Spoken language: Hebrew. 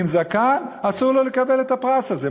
ועם זקן, אסור לו לקבל את הפרס הזה.